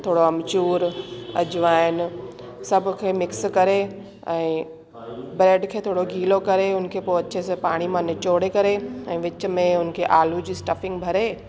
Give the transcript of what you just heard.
थोरो आमचूर अजवाइन सभु खे मिक्स करे ऐं ब्रैड खे थोरो गीलो करे उनखे पोइ अच्छे से पाणी मां निचोड़े करे ऐं विच में उनखे आलू जी स्टफिंग भरे